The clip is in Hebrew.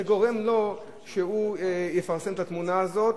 זה גורם לו לפרסם את התמונה הזאת,